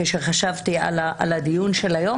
כשחשבתי על הדיון של היום,